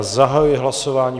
Zahajuji hlasování.